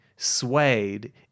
swayed